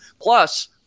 Plus